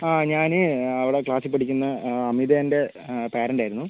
ഞാൻ അവിടെ ക്ലാസ്സിൽ പഠിക്കുന്ന അമിതേൻ്റെ പാരൻറ്റായിരുന്നു